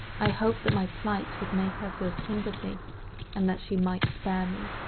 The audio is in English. i hoped that my plight would make her feel sympathy and that she might spare me.